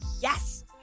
yes